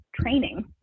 training